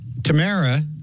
Tamara